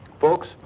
Folks